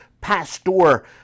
pastor